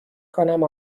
کنم